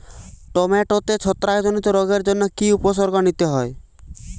টমেটোতে ছত্রাক জনিত রোগের জন্য কি উপসর্গ নিতে হয়?